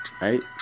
Right